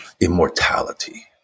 immortality